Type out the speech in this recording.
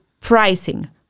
pricing